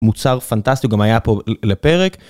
מוצר פנטסטי גם היה פה ל-לפרק,